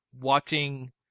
watching